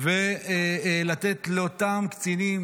ולתת לאותם קצינים,